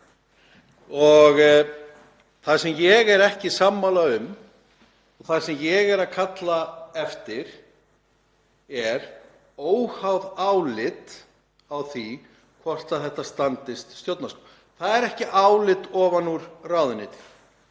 Það sem ég er henni ekki sammála um og það sem ég er að kalla eftir er óháð álit á því hvort þetta standist stjórnarskrá. Það er ekki álit ofan úr ráðuneyti,